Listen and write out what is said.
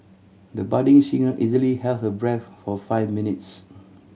the budding singer easily held her breath for five minutes